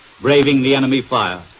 braving the enemy fire.